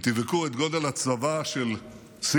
אם תבדקו את גודל הצבא של סין